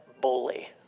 bully